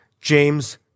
James